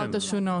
השונות.